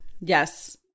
Yes